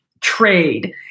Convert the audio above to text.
trade